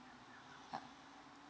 ah